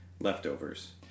Leftovers